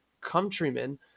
countrymen